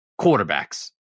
quarterbacks